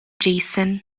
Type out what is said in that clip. jason